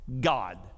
God